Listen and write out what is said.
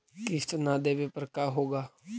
किस्त न देबे पर का होगा?